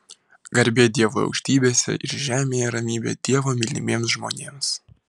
garbė dievui aukštybėse ir žemėje ramybė dievo mylimiems žmonėms